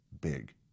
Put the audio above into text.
big